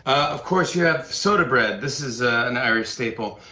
of course, you have soda bread. this is an irish staple.